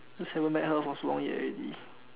just haven't met her for so long already